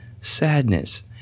sadness